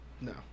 No